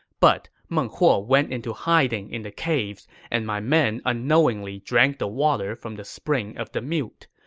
but meng huo went into hiding in the caves, and my men unknowingly drank the water from the spring of the mute.